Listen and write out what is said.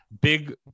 big